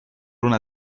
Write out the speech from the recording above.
una